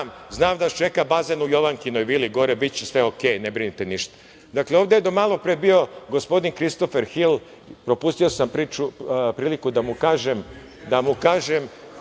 znam da vas čeka bazen u Jovankinoj vili gore, biće sve okej, ne brinite ništa. Dakle, ovde je do malopre bio gospodin Kristofer Hil, propustio sam priliku da mu kažem,